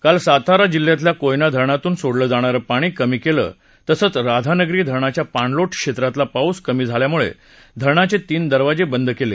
काल सातारा जिल्ह्यातल्या कोयना धरणातून सोडलं जाणार पाणी कमी केलं तसंच राधानगरी धरणाच्या पाणलोट क्षेत्रातला पाऊस कमी झाल्यामुळे धरणाचे तीन दरवाजे बंद केले